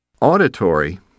Auditory